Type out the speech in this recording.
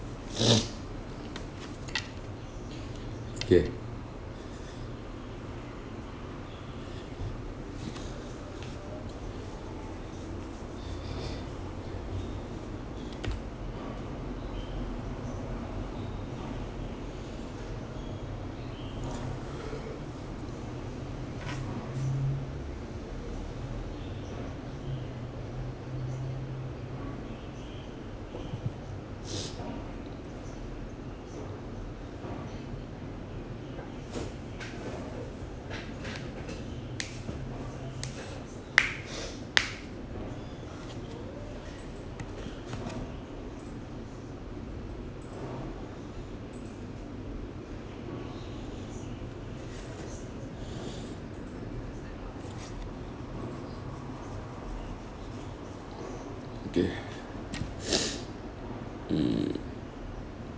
okay okay mm